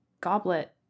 goblet